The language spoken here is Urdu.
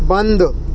بند